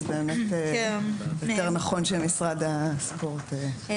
אז באמת יותר נכון שמשרד הספורט יציג,